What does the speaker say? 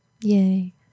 Yay